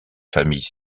familles